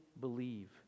believe